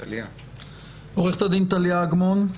עו"ד טליה אגמון?